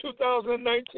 2019